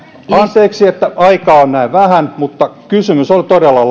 anteeksi että aikaa on näin vähän mutta kysymys oli todella